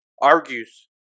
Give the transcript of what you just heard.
argues